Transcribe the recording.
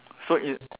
so in